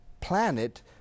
planet